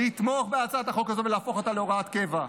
לתמוך בהצעת החוק הזו ולהפוך אותה להוראת קבע,